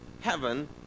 heaven